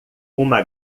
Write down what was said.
uma